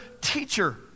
teacher